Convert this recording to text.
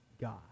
God